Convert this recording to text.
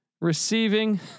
receiving